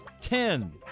ten